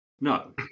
No